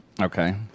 Okay